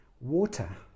Water